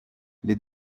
les